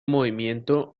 movimiento